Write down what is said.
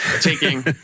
taking